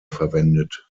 verwendet